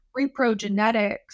reprogenetics